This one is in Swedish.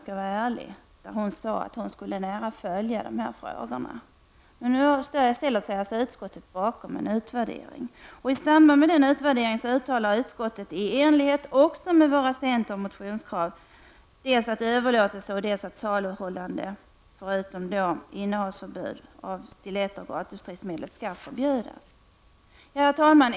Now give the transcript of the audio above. Hon har nämligen sagt att hon skall följa dessa frågor mycket noga. I samband med att utskottet tillstyrker den föreslagna utvärderingen uttalar man också, i enlighet med kravet i centermotionen, att såväl överlåtelse av som saluhållande av stiletter och gatustridsmedel skall förbjudas. Herr talman!